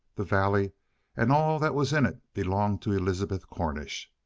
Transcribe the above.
the valley and all that was in it belonged to elizabeth cornish.